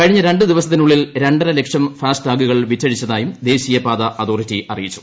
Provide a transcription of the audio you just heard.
കഴിഞ്ഞ രണ്ടു ദിവസത്തിനുളളിൽ രണ്ടര ലക്ഷം ഫാസ്ടാഗുകൾ വിറ്റഴിച്ചതായും ദേശീയപാതാ അതോറിറ്റി അറിയിച്ചു